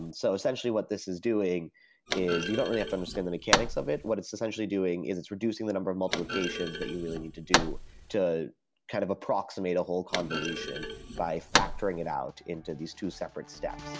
and so essentially, what this is doing is you don't really have to understand the mechanics of it. what it's essentially doing is reducing the number of multiplications that you really need to do to kind of approximate a whole convolution by factoring it out into these two separate steps.